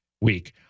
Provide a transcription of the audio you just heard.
week